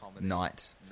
night